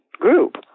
group